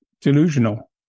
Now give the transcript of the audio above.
delusional